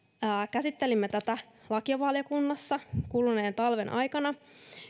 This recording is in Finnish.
käsittelimme tätä lakivaliokunnassa kuluneen talven aikana